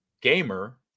gamer